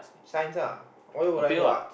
science lah why would I go arts